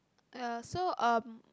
uh so um